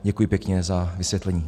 Děkuji pěkně za vysvětlení.